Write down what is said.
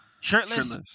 shirtless